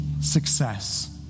success